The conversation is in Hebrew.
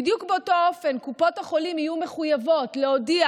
בדיוק באותו אופן קופות החולים יהיו מחויבות להודיע